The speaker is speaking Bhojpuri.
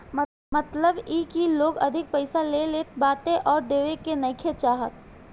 मतलब इ की लोग उधारी पईसा ले लेत बाटे आ देवे के नइखे चाहत